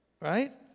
Right